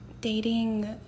dating